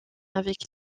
avec